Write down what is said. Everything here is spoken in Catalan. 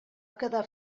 quedar